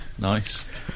Nice